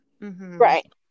right